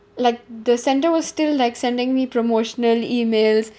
like the sender was still like sending me promotional emails